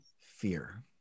fear